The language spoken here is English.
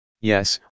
Yes